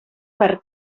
per